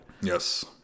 Yes